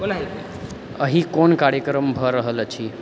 एहि कोन कार्यक्रम भऽ रहल अछि